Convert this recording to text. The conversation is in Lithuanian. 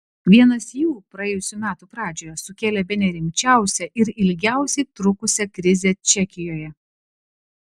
vienas jų praėjusių metų pradžioje sukėlė bene rimčiausią ir ilgiausiai trukusią krizę čekijoje